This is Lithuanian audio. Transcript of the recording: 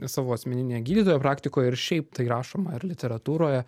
savo asmeninėje gydytojo praktikoje ir šiaip tai rašoma ir literatūroje